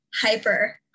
hyper